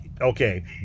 okay